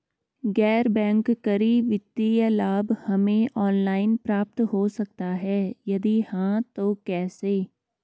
गैर बैंक करी वित्तीय लाभ हमें ऑनलाइन प्राप्त हो सकता है यदि हाँ तो कैसे?